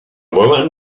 woman